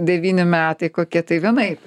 devyni metai kokie tai vienaip